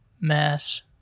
mass